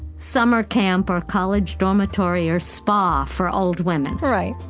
summer camp or college dormitory or spa for old women right